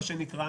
מה שנקרא,